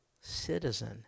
citizen